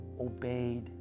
obeyed